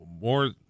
more –